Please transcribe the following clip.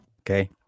Okay